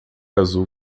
azul